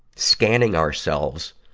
scanning ourselves